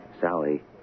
Sally